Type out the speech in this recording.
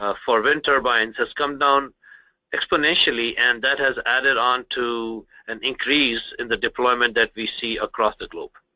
ah for wind turbines has come down exponentially and that has added on to an increase in the deployment that we see across the globe.